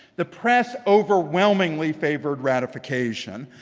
the press overwhelmingly favored ratification.